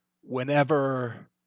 whenever